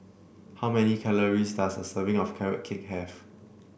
how many calories does a serving of Carrot Cake have